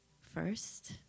first